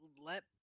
let